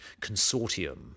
consortium